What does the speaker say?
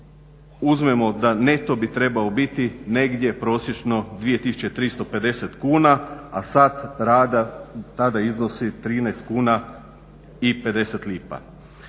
uzmemo da neto bi trebao biti negdje prosječno 2350 kuna, a sat rada tada iznosi 13,50 kuna.